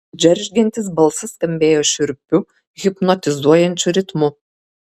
džeržgiantis balsas skambėjo šiurpiu hipnotizuojančiu ritmu